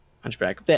hunchback